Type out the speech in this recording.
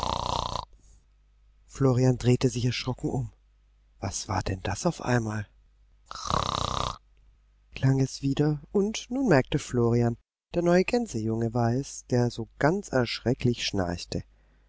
florian drehte sich erschrocken um was war denn das auf einmal rrrrr klang es wieder und nun merkte florian der neue gänsejunge war es der so ganz erschrecklich schnarchte